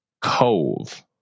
Cove